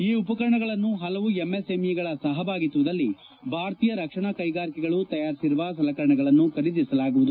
ಈ ಉಪಕರಣಗಳನ್ನು ಹಲವು ಎಂಎಸ್ಎಂಇಗಳ ಸಹಭಾಗಿತ್ವದಲ್ಲಿ ಭಾರತೀಯ ರಕ್ಷಣಾ ಕ್ಷೆಗಾರಿಕೆಗಳು ತಯಾರಿಸಿರುವ ಸಲಕರಣೆಗಳನ್ನು ಖರೀದಿಸಲಾಗುವುದು